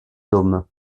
dôme